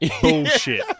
bullshit